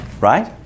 right